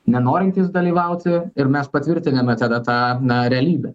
nenorintys dalyvauti ir mes patvirtiname tada tą na realybę